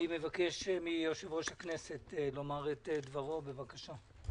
אני מבקש מיושב-ראש הכנסת לומר את דברו, בבקשה.